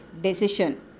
decision